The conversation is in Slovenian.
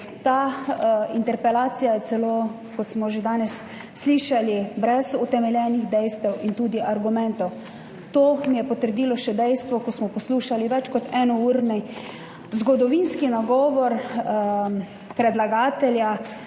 Ta interpelacija je celo, kot smo že danes slišali, brez utemeljenih dejstev in tudi argumentov. To mi je potrdilo še dejstvo, ko smo poslušali več kot enourni zgodovinski nagovor predlagatelja.